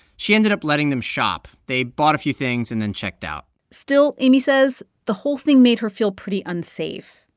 she ended up letting them shop. they bought a few things and then checked out still, amy says the whole thing made her feel pretty unsafe.